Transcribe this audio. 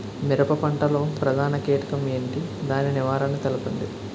మిరప పంట లో ప్రధాన కీటకం ఏంటి? దాని నివారణ తెలపండి?